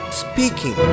speaking